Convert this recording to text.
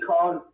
called